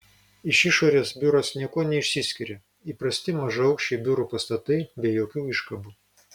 iš išorės biuras niekuo neišsiskiria įprasti mažaaukščiai biurų pastatai be jokių iškabų